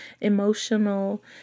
emotional